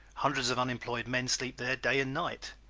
hundreds of unemployed men sleep there day and night.